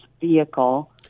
vehicle